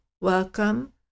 welcome